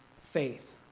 faith